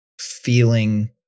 feeling